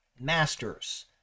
masters